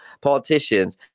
politicians